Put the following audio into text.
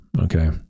Okay